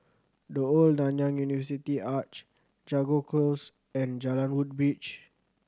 The Old Nanyang University Arch Jago Close and Jalan Woodbridge